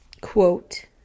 Quote